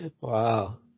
Wow